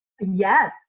Yes